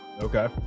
Okay